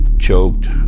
choked